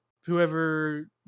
whoever